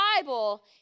Bible